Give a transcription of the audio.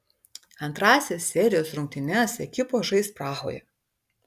antrąsias serijos rungtynes ekipos žais prahoje